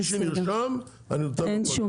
מי שנרשם אני נותן לו.